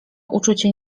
uczucie